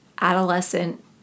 adolescent